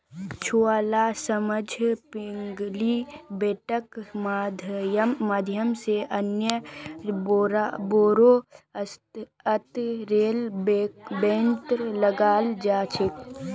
छुवालार समझ पिग्गी बैंकेर माध्यम से अन्य बोड़ो स्तरेर बैंकत लगाल जा छेक